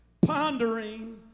pondering